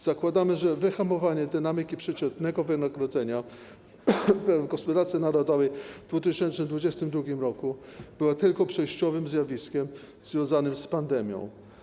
Zakładamy, że wyhamowanie dynamiki przeciętnego wynagrodzenia w gospodarce narodowej w 2021 r. było tylko przejściowym zjawiskiem związanym z pandemią.